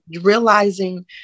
realizing